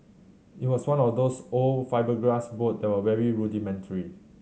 it was one of those old fibreglass boat that were very rudimentary